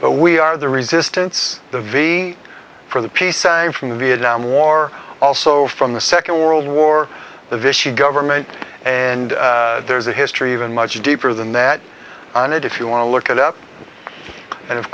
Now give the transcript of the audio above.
are we are the resistance the ve for the peace from the vietnam war also from the second world war the vishu government and there's a history even much deeper than that and if you want to look it up and of